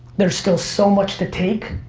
there's still so much to take,